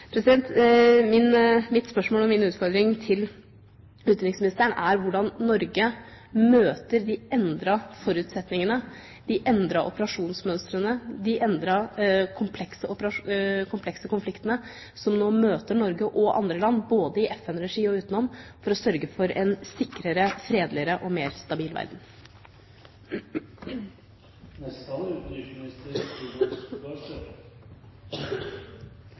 Mitt spørsmål og min utfordring til utenriksministeren er hvordan Norge møter de endrede forutsetningene, de endrede operasjonsmønstrene, de endrede komplekse konfliktene som nå møter Norge og andre land, både i FN-regi og utenom, for å sørge for en sikrere, fredeligere og mer stabil verden.